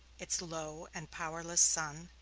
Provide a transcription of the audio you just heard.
its low and powerless sun,